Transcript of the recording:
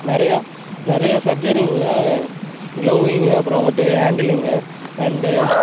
நிறையா நிறையா சர்ஜரிங்கில க்ளௌவிங்கு அப்புறமேட்டு ஹாண்டிலுங்கு அண்டு